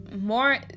more